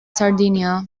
sardinia